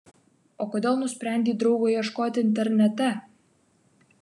o kodėl nusprendei draugo ieškoti internete